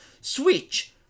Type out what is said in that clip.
switch